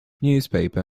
newspaper